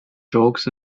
jokes